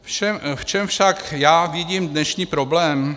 V čem však já vidím dnešní problém?